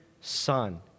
Son